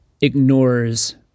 ignores